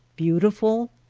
beautiful?